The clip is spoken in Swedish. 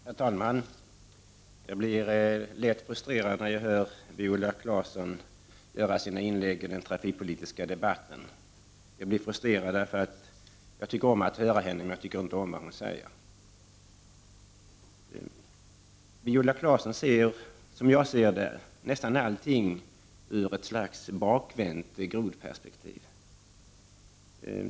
Herr talman! Jag blir lätt frustrerad när jag hör Viola Claessons inlägg i den trafikpolitiska debatten. Jag blir frustrerad därför att jag tycker om att höra henne men inte tycker om vad hon säger. Viola Claesson ser nästan allting ur ett slags bakvänt grodperspektiv.